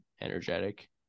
energetic